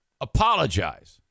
apologize